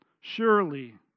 Surely